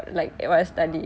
oh